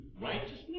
righteousness